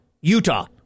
Utah